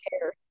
care